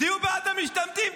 תהיו בעד המשתמטים.